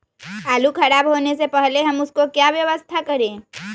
आलू खराब होने से पहले हम उसको क्या व्यवस्था करें?